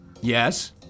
Yes